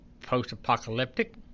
post-apocalyptic